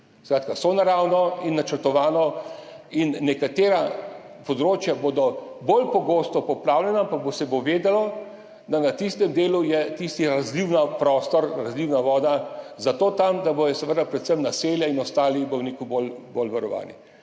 Skratka, sonaravno in načrtovano. Nekatera področja bodo bolj pogosto poplavljena, ampak se bo vedelo, da je na tistem delu tisti razlivni prostor, razlivna voda zato tam, da bodo predvsem naselja in ostali bolj varovani.